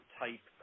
type